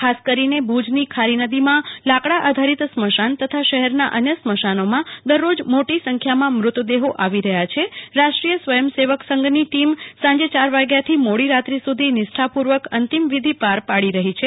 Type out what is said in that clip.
ખાસ કરીને ભુજની ખારીનદીમાં લાકડાં આધારિત સ્મશાન તથા શહેરના અન્ય સ્મશાનોમાં દરરોજ મોટી સંખ્યામાં મૃતદેહો આવી રહ્યા છે અને રાષ્ટ્રીય સ્વયં સેવક સંઘની ટીમ સાંજે યાર વાગ્યાથી મોડી રાત્રિ સુધી નિષ્ઠાપૂર્વક અંતિમવિધિ પાર પાડી રહી છે